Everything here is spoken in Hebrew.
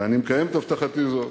ואני מקיים את הבטחתי זו.